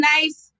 nice